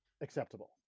acceptable